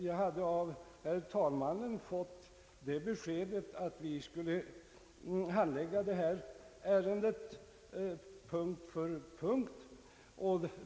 Jag hade av herr talmannen fått det beskedet, att vi skulle handlägga detta ärende punkt för punkt.